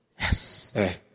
yes